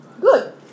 Good